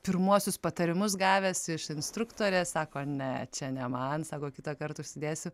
pirmuosius patarimus gavęs iš instruktorės sako ne čia ne man sako kitąkart užsidėsiu